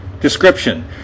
Description